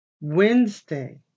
Wednesday